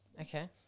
okay